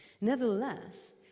Nevertheless